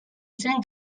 zen